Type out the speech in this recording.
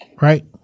right